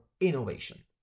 innovation